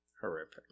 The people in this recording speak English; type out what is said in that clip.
Horrific